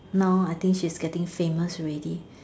now I think she's getting famous already